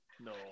No